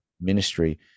ministry